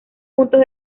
puntos